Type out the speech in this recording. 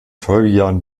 folgejahren